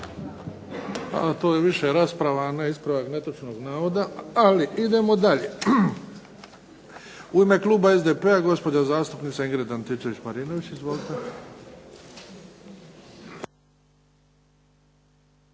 Pa to je više rasprava ne ispravak netočnog navoda, ali idemo dalje. U ime kluba SDP-a, gospođa zastupnica Ingrid Antičević Marinović. Izvolite.